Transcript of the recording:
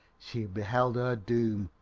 she beheld her doom,